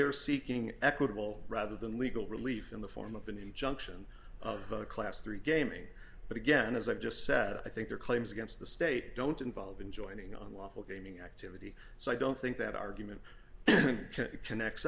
they are seeking equitable rather than legal relief in the form of an injunction of a class three gaming but again as i just said i think their claims against the state don't involve in joining on lawful gaming activity so i don't think that argument connects